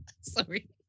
Sorry